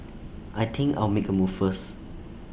I think I'll make A move first